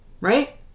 Right